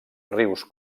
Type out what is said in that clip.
rius